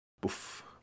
boof